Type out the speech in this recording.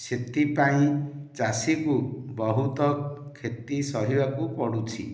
ସେଥିପାଇଁ ଚାଷୀକୁ ବହୁତ କ୍ଷତି ସହିବାକୁ ପଡ଼ୁଛି